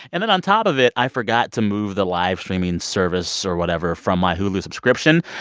and then on top of it, i forgot to move the live streaming service or whatever from my hulu subscription.